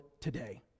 today